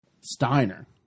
Steiner